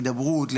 הדברות,